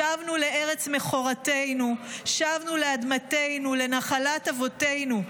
שבנו לארץ מכורתנו, שבנו לאדמתנו, לנחלת אבותינו.